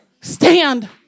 Stand